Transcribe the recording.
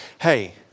hey